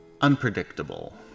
unpredictable